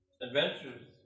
Adventures